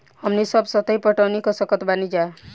हमनी सब सतही पटवनी क सकतऽ बानी जा